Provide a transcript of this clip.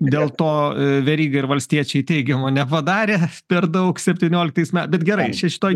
dėl to veryga ir valstiečiai teigiamo nepadarė per daug septynioliktais me bet gerai čia šitoj